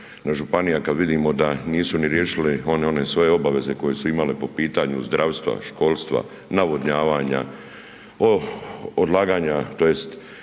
na županije kada vidimo da nisu ni riješile one svoje obaveze koje su imale po pitanju zdravstva, školstva, navodnjavanja, gospodarenja otpadom